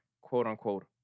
quote-unquote